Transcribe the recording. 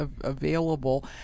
available